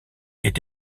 est